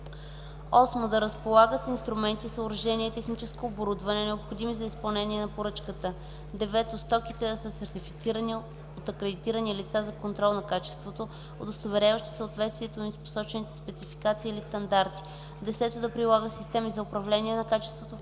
8. да разполага с инструменти, съоръжения и техническо оборудване, необходими за изпълнение на поръчката; 9. стоките да са сертифицирани от акредитирани лица за контрол на качеството, удостоверяващи съответствието им с посочените спецификации или стандарти; 10. да прилага системи за управление на качеството,